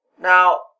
Now